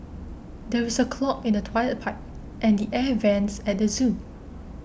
there is a clog in the Toilet Pipe and the Air Vents at the zoo